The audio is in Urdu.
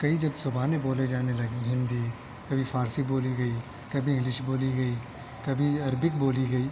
کئی جب زبانیں بولے جانے لگیں ہندی کبھی فارسی بولی گئی کبھی انگلش بولی گئی کبھی عربک بولی گئی